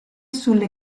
sulle